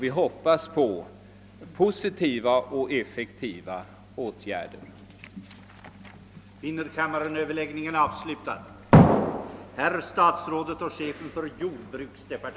Vi hoppas på positiva och effektiva åtgärder för att komma till rätta med det.